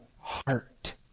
heart